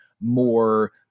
more